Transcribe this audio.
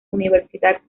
universidad